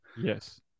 Yes